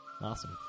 Awesome